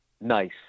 nice